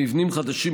הם מבנים חדשים,